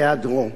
בהיעדרו.